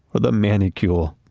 or the manicule.